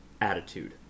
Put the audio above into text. attitude